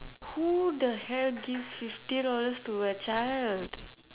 who the hell gives fifty dollars to a child